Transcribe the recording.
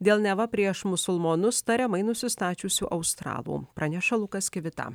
dėl neva prieš musulmonus tariamai nusistačiusių australų praneša lukas kivita